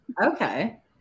Okay